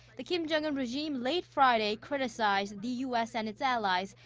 the kim jong-un regime late friday criticized the u s. and its allies,